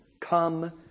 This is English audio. come